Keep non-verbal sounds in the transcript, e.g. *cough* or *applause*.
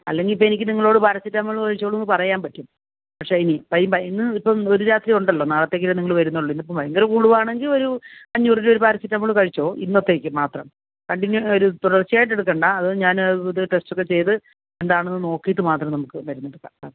അല്ലെങ്കിൽ ഇപ്പോൾ എനിക്ക് നിങ്ങളോട് പാരസെറ്റമോൾ കഴിച്ചോളൂ എന്ന് പറയാൻ പറ്റും പക്ഷെ ഈ ഇപ്പം *unintelligible* ഒരു രാത്രിയുണ്ടല്ലോ നാളത്തേക്കല്ലേ നിങ്ങൾ വരുന്നുള്ളു ഇന്ന് ഇപ്പോൾ ഭയങ്കര കൂടുകയാണെങ്കിൽ ഒരു അഞ്ഞൂറിൻ്റെ ഒരു പാരസെറ്റമോൾ കഴിച്ചോ ഇന്നത്തേക്ക് മാത്രം കണ്ടിന്യൂ ഒരു തുടർച്ചയായിട്ട് എടുക്കേണ്ട അത് ഞാൻ ഇത് ടെസ്റ്റ് ഒക്കെ ചെയ്ത് എന്താണെന്നു നോക്കിയിട്ട് മാത്രം നമുക്ക് മരുന്നെടുക്കാം